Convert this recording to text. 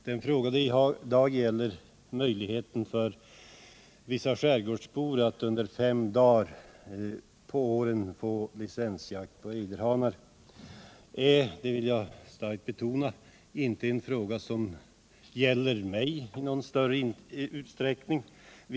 Den fråga det i dag gäller — möjligheten för vissa skärgårdsbor att under fem dagar på våren få bedriva licensjakt på ejderhannar — är inte en fråga som rör mig i någon större utsträckning; det vill jag starkt betona.